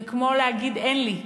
זה כמו להגיד "אין לי".